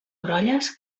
brolles